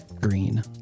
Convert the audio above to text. Green